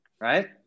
right